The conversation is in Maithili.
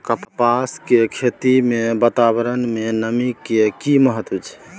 कपास के खेती मे वातावरण में नमी के की महत्व छै?